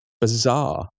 bizarre